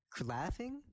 Laughing